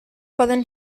poden